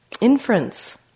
inference